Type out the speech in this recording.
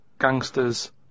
gangsters